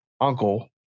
uncle